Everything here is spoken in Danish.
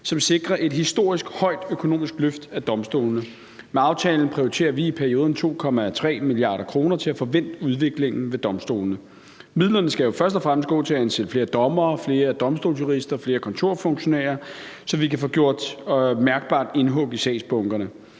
som sikrer et historisk højt økonomisk løft af domstolene. Med aftalen prioriterer vi i perioden 2,3 mia. kr. til at få vendt udviklingen ved domstolene. Midlerne skal jo først og fremmest gå til at ansætte flere dommere, flere domstolsjurister og flere kontorfunktionærer, så vi kan få gjort mærkbart indhug i sagsbunkerne.